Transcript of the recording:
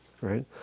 right